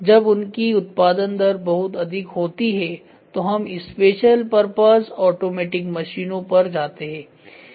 जब उनकी उत्पादन दर बहुत अधिक होती है तो हम स्पेशल पर्पस आटोमेटिक मशीनों पर जाते हैं